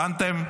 הבנתם?